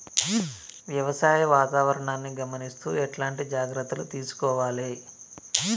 వ్యవసాయ వాతావరణాన్ని గమనిస్తూ ఎట్లాంటి జాగ్రత్తలు తీసుకోవాలే?